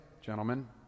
gentlemen